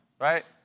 right